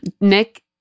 Nick